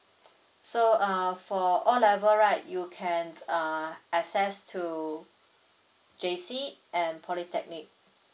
so uh for o level right you can uh access to J_C and polytechnic